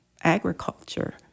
agriculture